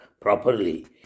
properly